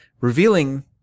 revealing